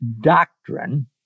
doctrine